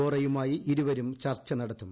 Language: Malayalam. വോറയുമായി ഇരുവരും ചർച്ച നടത്തും